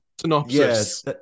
synopsis